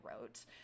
wrote